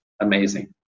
amazing